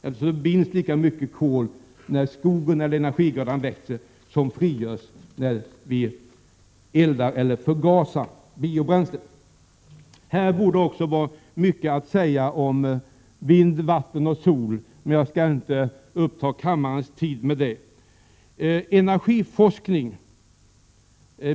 När skogen eller energigrödan växer förbinds lika mycket kol som den som frigörs när vi eldar med eller förgasar biobränsle. I detta sammanhang skulle man kunna säga mycket om vind, vatten och sol, men jag skall inte uppta kammarens tid med det. Jag vill säga något om energiforskning.